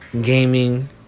gaming